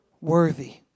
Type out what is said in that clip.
Worthy